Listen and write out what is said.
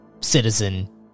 citizen